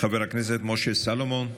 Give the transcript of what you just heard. חבר הכנסת משה סלומון.